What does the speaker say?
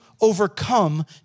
overcome